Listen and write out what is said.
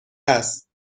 است